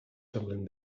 semblen